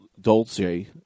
Dolce